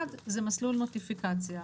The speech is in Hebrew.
אחד זה מסלול נוטיפיקציה.